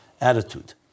attitude